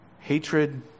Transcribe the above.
hatred